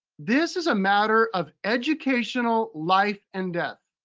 this is a matter of educational life and death.